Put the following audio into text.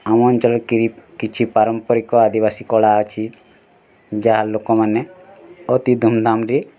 ଆମ ଅଞ୍ଚଳରେ କେହି କିଛି ପାରମ୍ପରିକ ଆଦିବାସୀ କଳା ଅଛି ଯାହା ଲୋକମାନେ ଅତି ଧୂମଧାମରେ